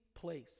place